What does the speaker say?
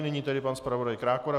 Nyní tedy pan zpravodaj Krákora.